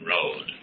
Road